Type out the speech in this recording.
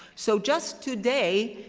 so just today,